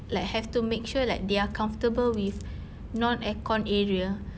like have to make sure like they are comfortable with non aircon area